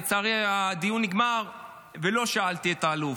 לצערי הדיון נגמר ולא שאלתי את האלוף,